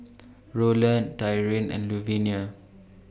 Rolland Tyrin and Luvinia